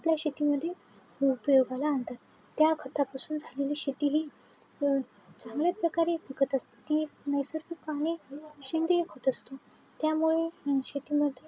आपल्या शेतीमध्ये उपयोगाला आणतात त्या खतापासून झालेली शेती ही चांगल्या प्रकारे व खत असते ती एक नैसर्गिक आणि सेंद्रीय खत असतो त्यामुळे शेतीमध्ये